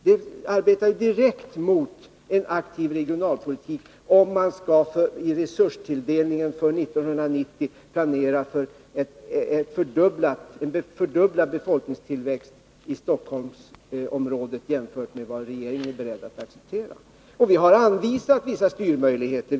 Man arbetar direkt mot en aktiv regionalpolitik, om man i resurstilldelningen för 1990 planerar för en fördubblad befolkningstillväxt i Stockholmsområdet jämfört med vad regeringen är beredd att acceptera. Vi har anvisat vissa styrmöjligheter.